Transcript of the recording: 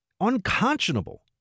unconscionable